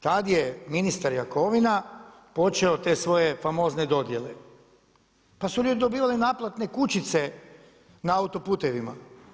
Tada je ministar Jakovina počeo te svoje famozne dodjele, pa su ljudi dobivali naplatne kućice na autoputovima.